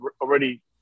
already